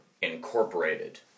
Incorporated